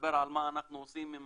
אדבר על מה אנחנו עושים עם